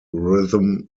rhythm